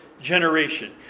generation